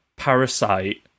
parasite